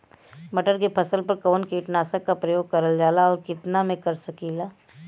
मटर के फसल पर कवन कीटनाशक क प्रयोग करल जाला और कितना में कर सकीला?